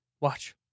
Watch